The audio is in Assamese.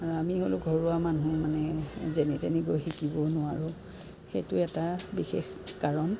আমি হ'লোঁ ঘৰুৱা মানুহ মানে যেনি তেনি গৈ শিকিবও নোৱাৰোঁ সেইটোও এটা বিশেষ কাৰণ